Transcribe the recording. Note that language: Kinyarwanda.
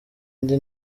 indi